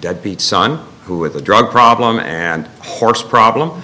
deadbeat son who with a drug problem and horse problem